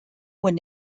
were